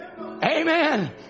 amen